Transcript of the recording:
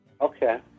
Okay